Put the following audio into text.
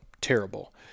terrible